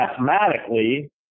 mathematically